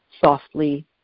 softly